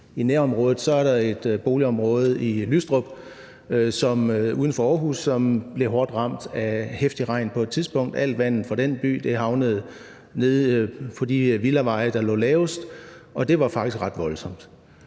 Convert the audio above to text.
i nærområdet, tænker jeg på et boligområde i Lystrup, som ligger uden for Aarhus, og som blev hårdt ramt af heftig regn på et tidspunkt, idet al vandet fra den by havnede nede på de villaveje, der lå lavest, og det var faktisk ret voldsomt.